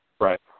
Right